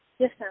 Yes